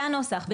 זה הנוסח, בשגרה.